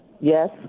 Yes